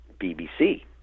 BBC